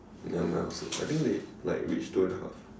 ya mine also I think they like reach two and a half